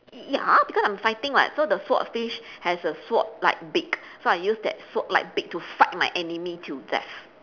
ya because I'm fighting [what] so the swordfish has a sword like beak so I'll use that sword like beak to fight my enemy till death